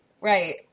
Right